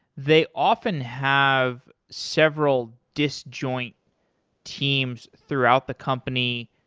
they often have several disjoint teams throughout the company.